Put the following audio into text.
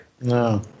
No